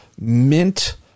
mint